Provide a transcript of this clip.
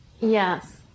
yes